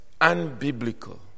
unbiblical